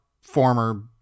former